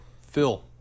Phil